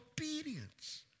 obedience